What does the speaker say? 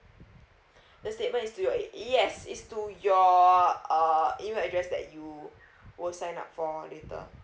the statement is to your e~ yes it's to your uh email address that you will sign up for later